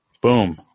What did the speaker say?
Boom